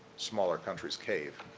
smaller countries cave.